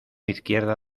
izquierda